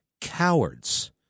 cowards